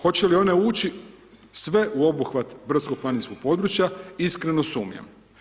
Hoće li one ući sve u obuhvat brdsko planinskog područja iskrenu sumnjam.